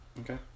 Okay